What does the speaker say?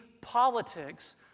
politics